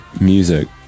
Music